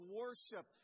worship